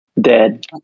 Dead